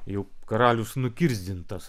jau karalius nukirsdintas